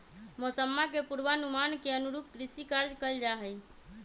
मौसम्मा के पूर्वानुमान के अनुरूप कृषि कार्य कइल जाहई